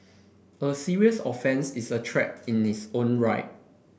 a serious offence is a threat in its own right